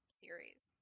series